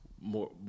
more